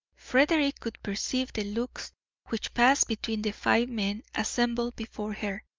frederick could perceive the looks which passed between the five men assembled before her,